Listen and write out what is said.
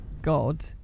god